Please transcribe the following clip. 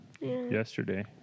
yesterday